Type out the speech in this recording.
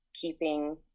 keeping